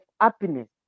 happiness